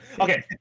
okay